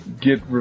get